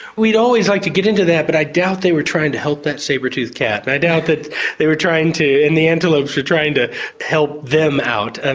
we always like to get into that but i doubt they were trying to help that sabre tooth cat, and i doubt that they were trying to. and the antelopes were trying to help them out. and